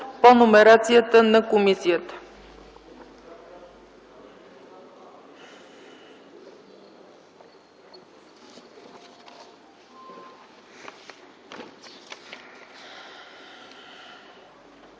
по номерацията на комисията.